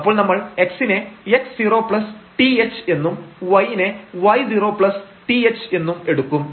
അപ്പോൾ നമ്മൾ x നെ x0th എന്നും y നെ y0th എന്നും എടുക്കും